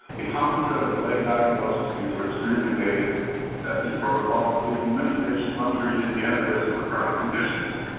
a common thread of delayed diagnosis due to extremely dated testing protocols is leaving many patients untreated and at risk for chronic conditions.